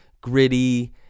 gritty